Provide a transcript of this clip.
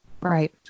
Right